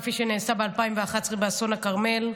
כפי שנעשה ב-2011 באסון הכרמל,